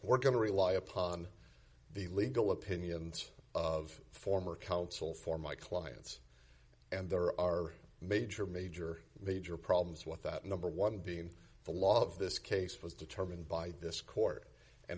we're going to rely upon the legal opinions of former counsel for my clients and there are major major major problems with that number one being the law of this case was determined by this court and